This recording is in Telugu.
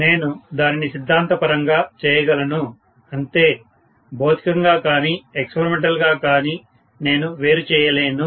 నేను దానిని సిద్ధాంతపరంగా చేయగలను అంతే భౌతికంగా కానీ ఎక్సపెరిమెంటల్ గా కానీ నేను వేరు చేయలేను